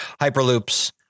Hyperloops